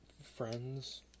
friends